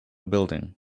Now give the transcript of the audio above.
building